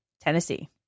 Tennessee